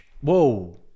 Whoa